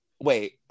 wait